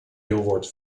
deelwoord